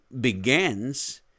begins